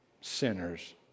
sinners